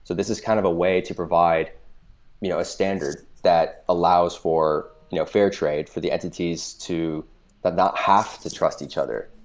so this is kind of a way to provide you know a standard that allows for you know fair trade for the entities that not have to trust each other,